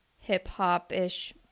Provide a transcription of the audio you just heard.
hip-hop-ish